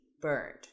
burned